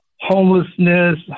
homelessness